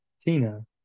Tina